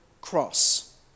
cross